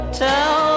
tell